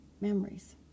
memories